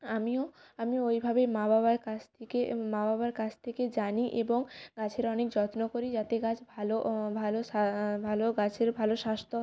আমিও আমিও ওইভাবেই মা বাবার কাছ থেকে মা বাবার কাছ থেকে জানি এবং গাছের অনেক যত্ন করি যাতে গাছ ভালো ভালো ভালো গাছের ভালো স্বাস্থ্য